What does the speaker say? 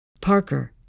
Parker